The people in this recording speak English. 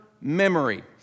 Memory